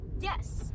Yes